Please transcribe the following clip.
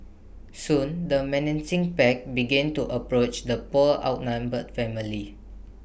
soon the menacing pack began to approach the poor outnumbered family